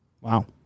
Wow